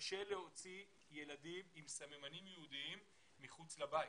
קשה להוציא ילדים עם סממנים יהודים מחוץ לבית